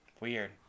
weird